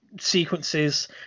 sequences